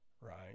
right